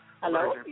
Hello